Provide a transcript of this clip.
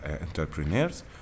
entrepreneurs